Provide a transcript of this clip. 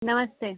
नमस्ते